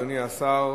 אדוני השר,